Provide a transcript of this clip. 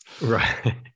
Right